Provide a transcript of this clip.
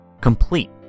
complete